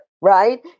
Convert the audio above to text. right